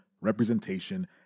representation